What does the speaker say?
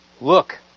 Look